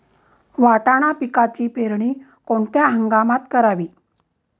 वाटाणा पिकाची पेरणी कोणत्या हंगामात करावी?